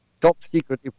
top-secret